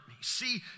See